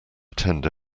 attend